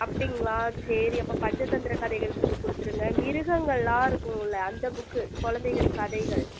அப்படிங்களா சரி அப்போ பஞ்சதந்திர கதைகள் புக்கு கொடுத்துருங்க மிருகங்களாக இருக்குங்களே அந்த புக்கு குழந்தைகள் கதைகள்